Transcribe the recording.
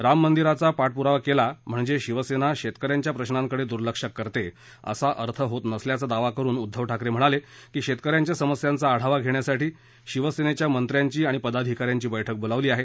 राममंदिराचा पाठपुरावा केला म्हणजे शिवसेना शेतक यांच्या प्रशांकडे दुर्लक्ष करते असा अर्थ होत नसल्याचा दावा करुन उध्दव ठाकरे म्हणाले की शेतक यांच्या समस्यांचा आढावा धेण्यासाठी शिवसेनेच्या मंत्र्यांची आणि पदाधिका यांची बर्क्क बोलावली आहे